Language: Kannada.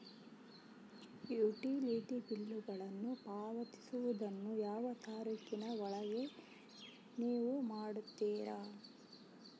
ಯುಟಿಲಿಟಿ ಬಿಲ್ಲುಗಳನ್ನು ಪಾವತಿಸುವದನ್ನು ಯಾವ ತಾರೇಖಿನ ಒಳಗೆ ನೇವು ಮಾಡುತ್ತೇರಾ?